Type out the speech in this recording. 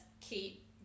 keep